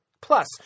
Plus